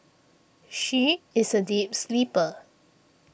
she is a deep sleeper